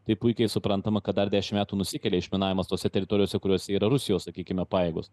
tai puikiai suprantama kad dar dešim metų nusikelia išminavimas tose teritorijose kuriose yra rusijos sakykime pajėgos